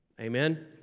amen